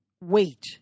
wait